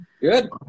Good